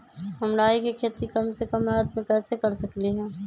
हम राई के खेती कम से कम लागत में कैसे कर सकली ह?